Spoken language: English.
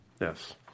Yes